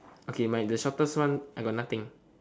okay my the shortest one I got nothing